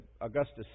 Augustus